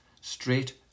straight